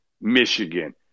Michigan